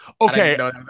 Okay